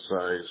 size